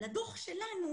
לדוח שלנו,